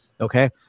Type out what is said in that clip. okay